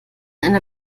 einer